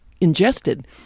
ingested